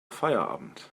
feierabend